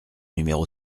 numéro